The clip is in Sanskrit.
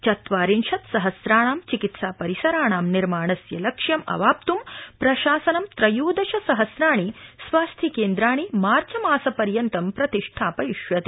चत्वारिंशत्सहस्राणां चिकित्सा परिसराणां निर्माणस्य लक्ष्यं अवाप्तुं प्रशासनं त्रयोदश सहस्राणि स्वास्थ्यकेन्द्राणि मार्चमासपर्यतं प्रतिष्ठापयिष्यते